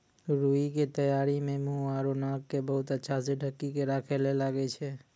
रूई के तैयारी मं मुंह आरो नाक क बहुत अच्छा स ढंकी क राखै ल लागै छै